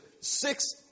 six